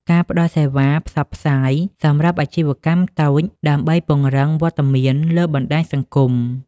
ការផ្តល់សេវាផ្សព្វផ្សាយ សម្រាប់អាជីវកម្មតូចដើម្បីពង្រឹងវត្តមានលើបណ្តាញសង្គម។